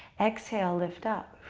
exhale, lift up.